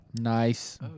Nice